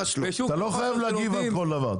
יוחננוף, אתה לא חייב להגיב על כל דבר.